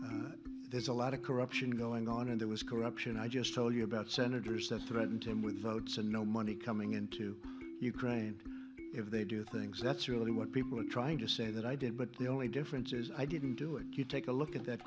corruption there's a lot of corruption going on and there was corruption i just told you about senators that threatened him with votes and no money coming into ukraine if they do things that's really what people are trying to say that i did but the only difference is i didn't do it to take a look at that